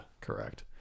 correct